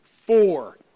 Four